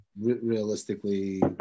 realistically